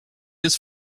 his